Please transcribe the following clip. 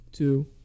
Two